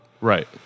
Right